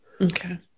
Okay